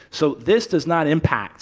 so this does not impact